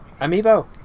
Amiibo